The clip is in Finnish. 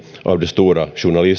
av stora journalistpriset